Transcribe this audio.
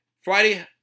Friday